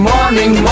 Morning